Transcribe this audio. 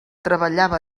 treballava